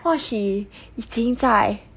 或许已经在